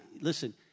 listen